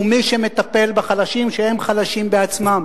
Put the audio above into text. ומי שמטפלים בחלשים הם חלשים בעצמם,